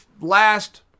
last